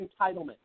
entitlement